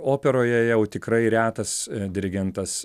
operoje jau tikrai retas dirigentas